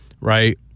right